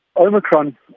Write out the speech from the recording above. Omicron